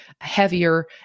heavier